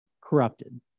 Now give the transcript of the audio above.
corrupted